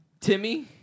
Timmy